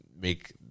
make